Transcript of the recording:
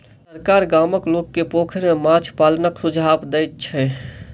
सरकार गामक लोक के पोखैर में माछ पालनक सुझाव दैत छै